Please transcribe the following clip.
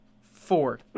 Four